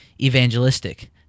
evangelistic